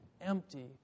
empty